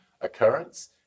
occurrence